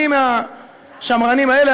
אני מהשמרנים האלה,